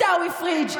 עיסאווי פריג'.